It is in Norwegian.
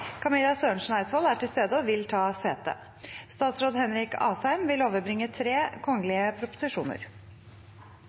Sørensen Eidsvold er til stede og vil ta sete. Statsråd Henrik Asheim